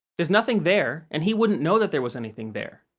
there's nothing there, and he wouldn't know that there was anything there.